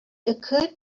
occurred